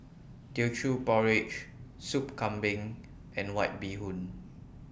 Teochew Porridge Soup Kambing and White Bee Hoon